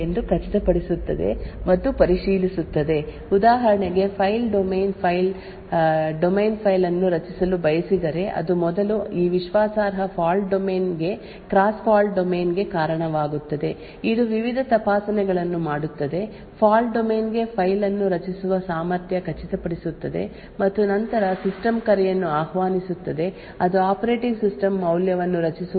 ಆದ್ದರಿಂದ ಈ ನಿರ್ದಿಷ್ಟ ಫಾಲ್ಟ್ ಡೊಮೇನ್ ಎಲ್ಲಾ ಸಿಸ್ಟಮ್ ಕರೆಗಳು ಮಾನ್ಯವಾಗಿದೆಯೇ ಎಂದು ಖಚಿತಪಡಿಸುತ್ತದೆ ಮತ್ತು ಪರಿಶೀಲಿಸುತ್ತದೆ ಉದಾಹರಣೆಗೆ ಫಾಲ್ಟ್ ಡೊಮೇನ್ ಫೈಲ್ ಅನ್ನು ರಚಿಸಲು ಬಯಸಿದರೆ ಅದು ಮೊದಲು ಈ ವಿಶ್ವಾಸಾರ್ಹ ಫಾಲ್ಟ್ ಡೊಮೇನ್ ಗೆ ಕ್ರಾಸ್ ಫಾಲ್ಟ್ ಡೊಮೇನ್ ಗೆ ಕಾರಣವಾಗುತ್ತದೆ ಇದು ವಿವಿಧ ತಪಾಸಣೆಗಳನ್ನು ಮಾಡುತ್ತದೆ ಫಾಲ್ಟ್ ಡೊಮೇನ್ ಗೆ ಫೈಲ್ ಅನ್ನು ರಚಿಸುವ ಸಾಮರ್ಥ್ಯ ಖಚಿತಪಡಿಸುತ್ತದೆ ಮತ್ತು ನಂತರ ಸಿಸ್ಟಮ್ ಕರೆಯನ್ನು ಆಹ್ವಾನಿಸುತ್ತದೆ ಅದು ಆಪರೇಟಿಂಗ್ ಸಿಸ್ಟಮ್ ಮೌಲ್ಯವನ್ನು ರಚಿಸುವಲ್ಲಿ ಕಾರಣವಾಗುತ್ತದೆ